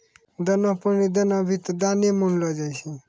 दाना पानी देना भी त दाने मानलो जाय छै